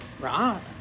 Right